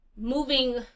moving